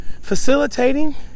facilitating